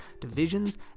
divisions